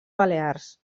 balears